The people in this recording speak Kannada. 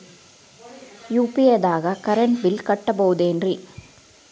ಯು.ಪಿ.ಐ ದಾಗ ಕರೆಂಟ್ ಬಿಲ್ ಕಟ್ಟಬಹುದೇನ್ರಿ?